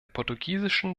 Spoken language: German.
portugiesischen